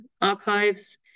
Archives